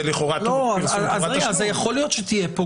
יכול להיות שיהיה פה,